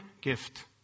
gift